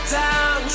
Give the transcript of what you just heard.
down